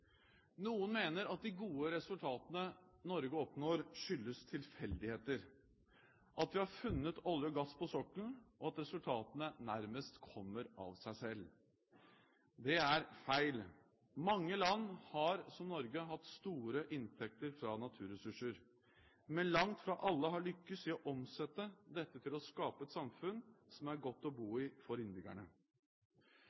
Noen mener at de gode resultatene Norge oppnår, skyldes tilfeldigheter – at vi har funnet olje og gass på sokkelen, og at resultatene nærmest kommer av seg selv. Det er feil. Mange land har som Norge hatt store inntekter fra naturressurser, men langt fra alle har lyktes i å omsette dette til å skape et samfunn som er godt å bo